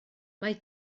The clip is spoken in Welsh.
mae